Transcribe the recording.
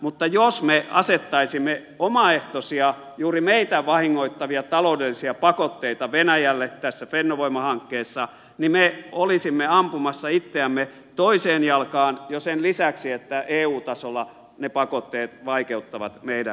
mutta jos me asettaisimme omaehtoisia juuri meitä vahingoittavia taloudellisia pakotteita venäjälle tässä fennovoima hankkeessa niin me olisimme ampumassa itseämme toiseen jalkaan sen lisäksi että eu tasolla ne pakotteet jo vaikeuttavat meidän talouttamme